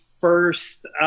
first